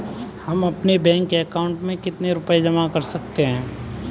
हम अपने bank account में कितने रुपये जमा कर सकते हैं?